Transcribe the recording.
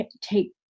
take